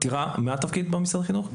מה תפקידך במשרד החינוך?